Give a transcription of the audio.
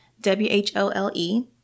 W-H-O-L-E